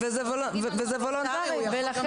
וזה וולונטרי, הוא יכול גם לא לדבר.